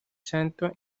santo